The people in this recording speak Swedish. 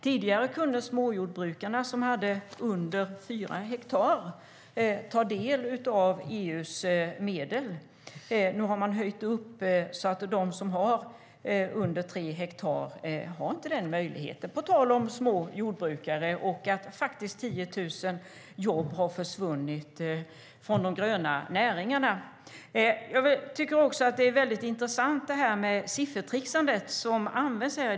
Tidigare kunde småjordbrukare som hade mindre än 4 hektar mark ta del av EU:s medel. Nu har gränsen ändrats så att de som har mindre än 3 hektar har inte den möjligheten. Det är alltså fråga om små jordbrukare och att 10 000 jobb har försvunnit från de gröna näringarna. Siffertricksandet som används i debatten är intressant.